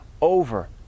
over